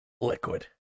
Liquid